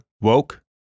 Woke